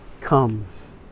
comes